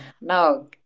now